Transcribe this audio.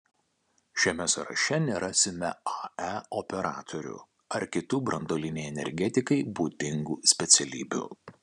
šiame sąraše nerasime ae operatorių ar kitų branduolinei energetikai būdingų specialybių